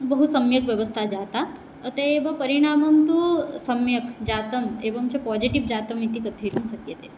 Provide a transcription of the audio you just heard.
बहुसम्यक् व्यवस्था जाता अतः एव परिणामं तु सम्यक् जातम् एवं च पोजेटिव् जातम् इति कथयितुं शक्यते